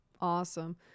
Awesome